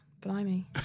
blimey